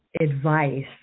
advice